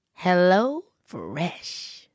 HelloFresh